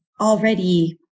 already